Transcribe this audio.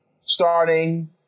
starting